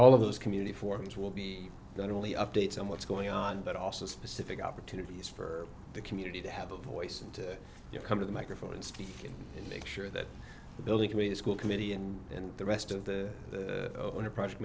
all of those community forms will be the only updates on what's going on but also specific opportunities for the community to have a voice and to come to the microphones and make sure that the building to a school committee and then the rest of the on a project